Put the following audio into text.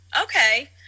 okay